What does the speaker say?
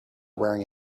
wearing